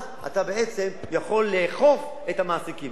אז אתה בעצם יכול לאכוף על המעסיקים.